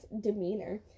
demeanor